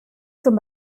zum